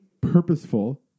purposeful